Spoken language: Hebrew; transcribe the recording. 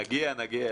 נגיע, נגיע.